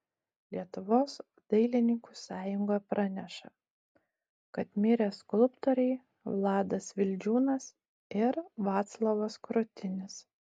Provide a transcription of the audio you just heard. lietuvos dailininkų sąjunga praneša kad mirė skulptoriai vladas vildžiūnas ir vaclovas krutinis